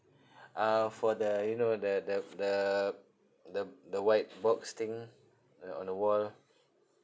uh for the you know the the f~ the the the white box thing uh on the wall